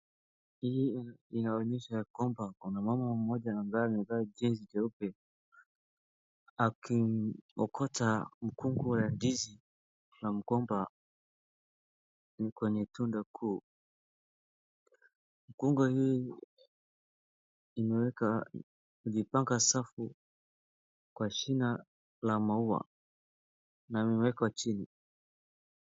Hii inaonyesha kwamba kuna mama mmoja ambaye amevaa jezi jeupe akiokota mkungu wa ndizi na mgomba kwenye tunda kuu. Mkungu hii inaleta kujipaka uchafu kwa sina la maua inayoekwa chini.